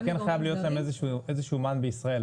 חייב להיות להם איזה שהוא מען בישראל,